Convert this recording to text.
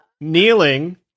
kneeling